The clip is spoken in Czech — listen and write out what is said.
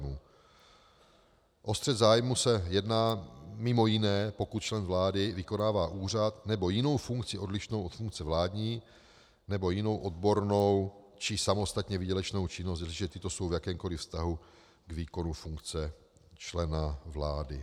O střet zájmů se jedná mimo jiné, pokud člen vlády vykonává úřad nebo jinou funkci odlišnou od funkce vládní nebo jinou odbornou či samostatně výdělečnou činnost, jestliže tyto jsou v jakémkoli vztahu k výkonu funkce člena vlády.